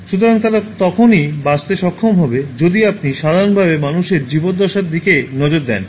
সুতরাং তারা তখনই বাঁচতে সক্ষম হবে যদি আপনি সাধারণভাবে মানুষের জীবদ্দশার দিকে নজর দেন